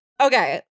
Okay